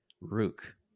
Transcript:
Rook